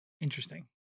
Interesting